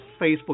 Facebook